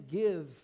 give